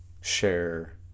share